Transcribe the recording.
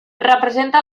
representa